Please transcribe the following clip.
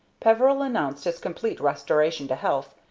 peveril announced his complete restoration to health,